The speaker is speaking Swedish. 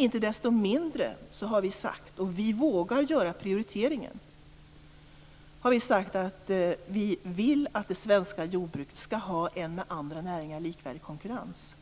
Inte desto mindre har vi sagt, och vi vågar göra den prioriteringen, att vi vill att det svenska jordbruket skall ha en med andra näringar likvärdig konkurrens.